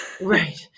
Right